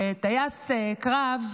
כטייס קרב,